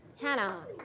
Hannah